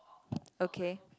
okay